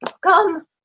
Come